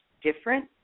different